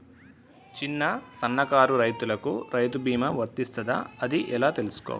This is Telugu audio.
చిన్న సన్నకారు రైతులకు రైతు బీమా వర్తిస్తదా అది ఎలా తెలుసుకోవాలి?